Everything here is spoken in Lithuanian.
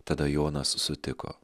tada jonas sutiko